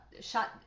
shut